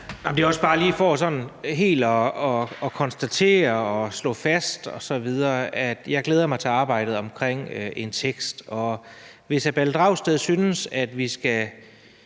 Det er også bare lige for sådan helt at konstatere, slå fast osv., at jeg glæder mig til arbejdet omkring en tekst. Hvis hr. Pelle Dragsted synes, vi skal